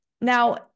Now